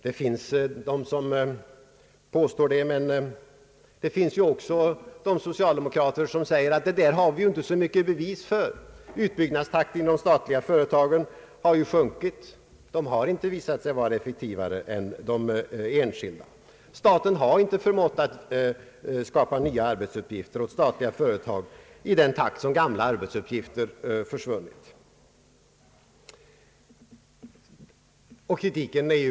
Det finns de som påstår det, men det finns också socialdemokrater som hävdar att vi inte har så mycket bevis för det. Utbyggnadstakten inom de statliga företagen har ju sjunkit, de har inte visat sig vara effektivare än de enskilda. Staten har inte förmått skapa nya arbetsuppgifter åt sina företag i den takt som gamla arbetsuppgifter försvunnit.